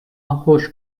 hoş